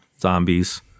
zombies